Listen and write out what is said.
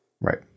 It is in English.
Right